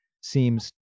seems